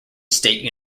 state